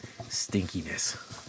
stinkiness